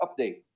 update